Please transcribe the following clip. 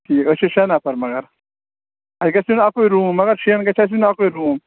ٹھیٖک أسۍ چھِ شےٚ نَفر مگر اَسہِ گژھِ یُن اَکُے روٗم مگر شٮ۪ن گژھِ آسہِ یُن اَکُے روٗم